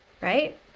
right